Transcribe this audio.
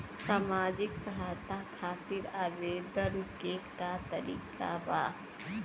सामाजिक सहायता खातिर आवेदन के का तरीका बा?